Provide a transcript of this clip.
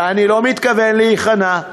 ואני לא מתכוון להיכנע,